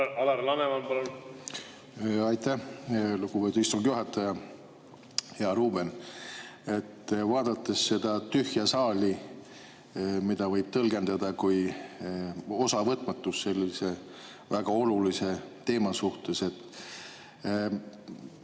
Alar Laneman, palun! Aitäh, lugupeetud istungi juhataja! Hea Ruuben! Vaadates seda tühja saali, mida võib tõlgendada kui osavõtmatust sellise väga olulise teema suhtes,